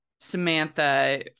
Samantha